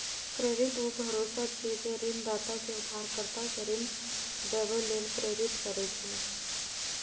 credit ऊ भरोसा छियै, जे ऋणदाता कें उधारकर्ता कें ऋण देबय लेल प्रेरित करै छै